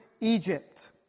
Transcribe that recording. Egypt